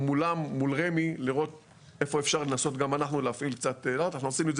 אנחנו עושים את זה